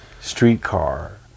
Streetcar